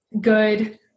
good